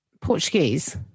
portuguese